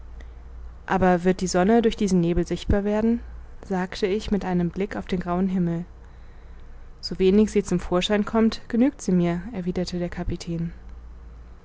aber wird die sonne durch diesen nebel sichtbar werden sagte ich mit einem blick auf den grauen himmel so wenig sie zum vorschein kommt genügt sie mir erwiderte der kapitän